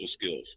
skills